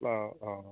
অঁ অঁ